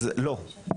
אז לא,